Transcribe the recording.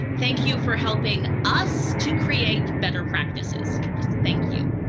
thank you for helping us to create better practices. just thank you.